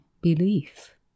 belief